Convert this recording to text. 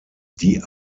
die